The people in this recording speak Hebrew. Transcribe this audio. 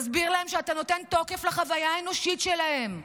תסביר להם שאתה נותן תוקף לחוויה האנושית שלהם.